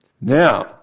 Now